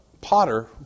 potter